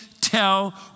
tell